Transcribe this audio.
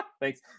Thanks